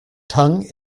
tongue